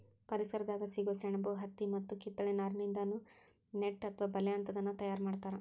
ಪರಿಸರದಾಗ ಸಿಗೋ ಸೆಣಬು ಹತ್ತಿ ಮತ್ತ ಕಿತ್ತಳೆ ನಾರಿನಿಂದಾನು ನೆಟ್ ಅತ್ವ ಬಲೇ ಅಂತಾದನ್ನ ತಯಾರ್ ಮಾಡ್ತಾರ